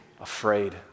afraid